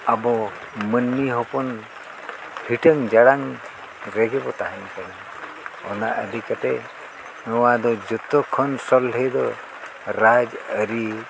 ᱟᱵᱚ ᱢᱟᱹᱱᱢᱤ ᱦᱚᱯᱚᱱ ᱦᱤᱴᱟᱹᱝ ᱡᱷᱟᱲᱟᱝ ᱨᱮᱜᱮ ᱵᱚ ᱛᱟᱦᱮᱱ ᱠᱟᱱᱟ ᱚᱱᱟ ᱤᱫᱤ ᱠᱟᱛᱮ ᱱᱚᱣᱟ ᱫᱚ ᱡᱚᱛᱚᱠᱷᱚᱱ ᱥᱚᱞᱦᱮ ᱫᱚ ᱨᱟᱡᱽᱟᱹᱨᱤ